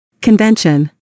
Convention